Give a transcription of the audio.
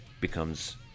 becomes